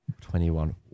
Twenty-one